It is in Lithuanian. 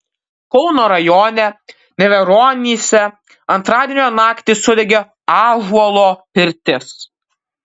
kauno rajone neveronyse antradienio naktį sudegė ąžuolo pirtis